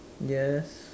yes